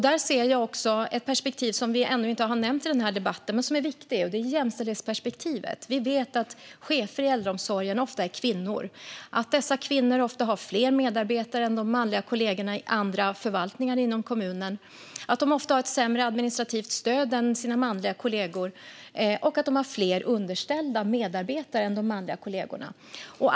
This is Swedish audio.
Där ser jag också ett perspektiv som vi ännu inte har nämnt i den här debatten men som är viktigt. Det är jämställdhetsperspektivet. Vi vet att chefer i äldreomsorgen ofta är kvinnor, att dessa kvinnor ofta har fler medarbetare än de manliga kollegorna i andra förvaltningar inom kommunen, att de ofta har ett sämre administrativt stöd än sina manliga kollegor och att de har fler underställda medarbetare än de manliga kollegorna.